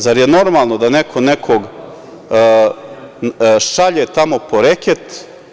Zar je normalno da neko nekog šalje tamo po reket?